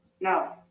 No